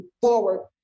forward